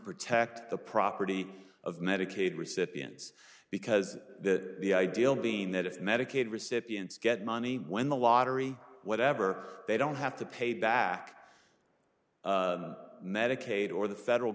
protect the property of medicaid recipients because the ideal being that if medicaid recipients get money when the lottery whatever they don't have to pay back medicaid or the federal